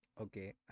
Okay